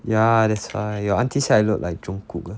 yeah that's why your auntie side look like jong kook ah